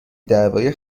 درباره